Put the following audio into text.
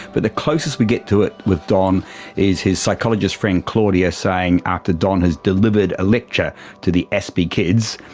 but the closest we get to it with don is his psychologist friend claudia saying after don has delivered a lecture to the aspy kids,